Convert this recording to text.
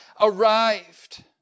arrived